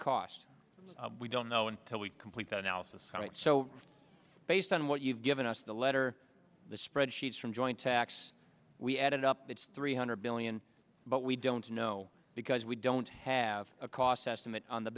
cost we don't know until we complete the analysis so based on what you've given us the letter the spreadsheets from joint tax we add it up it's three hundred billion but we don't know because we don't have a cost estimate on the